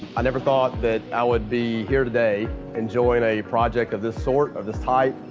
i never thought that i would be here today enjoying a project of this sort, of this type.